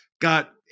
got